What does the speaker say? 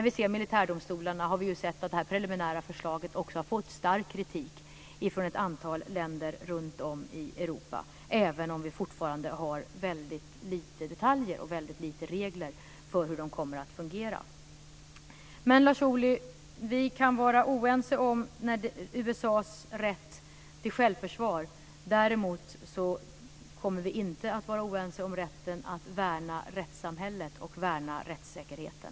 Vi har sett att det preliminära förslaget om miltitärdomstolarna har fått stark kritik från ett antal länder runtom Europa, även om vi fortfarande har väldigt få detaljer och vet väldigt lite om reglerna. Vi kan vara oense om USA:s rätt till självförsvar, Lars Ohly. Däremot kommer vi inte vara oense om vikten av att värna rättssamhället och rättssäkerheten.